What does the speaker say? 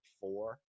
four